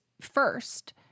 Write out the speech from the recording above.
first